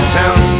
town